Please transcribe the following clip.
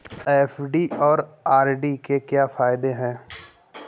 FD और RD के क्या फायदे हैं?